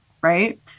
right